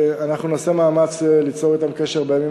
אנחנו נעשה מאמץ ליצור אתן קשר בימים